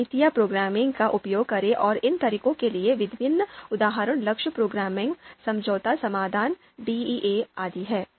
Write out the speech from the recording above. गणितीय प्रोग्रामिंग का उपयोग करें और इन तरीकों के लिए विभिन्न उदाहरण लक्ष्य प्रोग्रामिंग समझौता समाधान डीईए आदि हैं